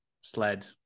sled